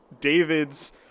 David's